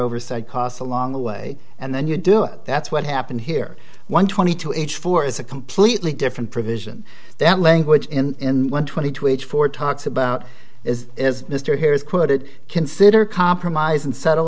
oversight costs along the way and then you do it that's what happened here one twenty two each for is a completely different provision that language in twenty two age for talks about is is mr here is quoted consider compromise and settle